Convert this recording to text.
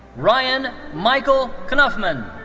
ryan michael knuffman.